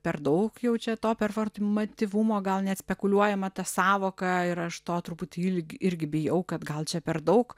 per daug jaučia to pervartmatyvumo gal net spekuliuojama ta sąvoka ir aš to truputį il irgi bijau kad gal čia per daug